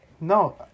No